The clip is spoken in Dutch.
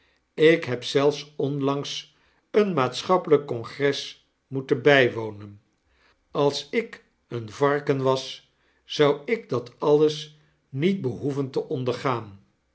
ik heb zelfs onlangs een maatschappelyk congres moeten bywonen als ik een varken was zou ik dat alles niet behoeven te ondergaan